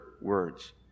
words